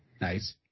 Nice